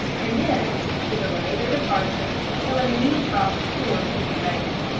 and this, to delay their departure until a new crop of corn could be raised.